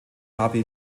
habe